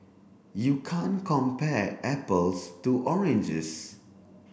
you can't compare apples to oranges